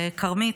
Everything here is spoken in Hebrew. וכרמית,